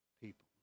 people